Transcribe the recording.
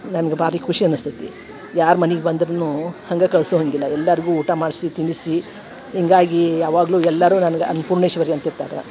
ನನ್ಗೆ ಭಾರಿ ಖುಷಿ ಅನಿಸ್ತೈತಿ ಯಾರು ಮನಿಗೆ ಬಂದ್ರೂ ಹಂಗೆ ಕಳಿಸೋ ಹಾಗಿಲ್ಲ ಎಲ್ಲರ್ಗೂ ಊಟ ಮಾಡಿಸಿ ತಿನ್ನಿಸಿ ಹಿಂಗಾಗಿ ಯಾವಾಗಲೂ ಎಲ್ಲರೂ ನನ್ಗೆ ಅನ್ನಪೂರ್ಣೇಶ್ವರಿ ಅಂತಿರ್ತಾರೆ